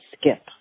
skip